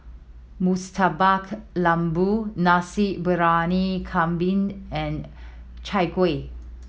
Murtabak Lembu Nasi Briyani Kambing and Chai Kueh